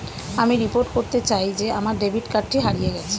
আমি রিপোর্ট করতে চাই যে আমার ডেবিট কার্ডটি হারিয়ে গেছে